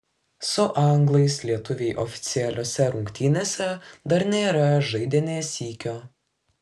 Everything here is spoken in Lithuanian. su anglais lietuviai oficialiose rungtynėse dar nėra žaidę nė sykio